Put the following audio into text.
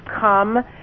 come